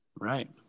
right